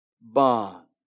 bond